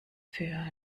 für